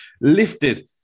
lifted